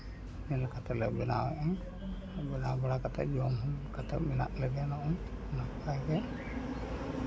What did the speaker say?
ᱧᱮᱞ ᱠᱟᱛᱮᱫ ᱞᱮ ᱵᱮᱱᱟᱣᱮᱜᱼᱟ ᱟᱨ ᱵᱮᱱᱟᱣ ᱵᱟᱲᱟ ᱠᱟᱛᱮᱫ ᱜᱮ ᱢᱮᱱᱟᱜ ᱞᱮᱜᱟᱭᱟ ᱱᱚᱜᱼᱚᱭ ᱱᱚᱝᱠᱟ ᱜᱮ